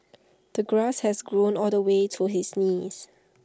the grass has grown all the way to his knees